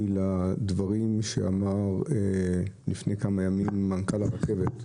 לדברים שאמר לפני כמה ימים מנכ"ל הרכבת,